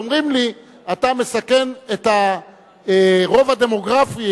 אומרים לי: אתה מסכן את הרוב הדמוגרפי,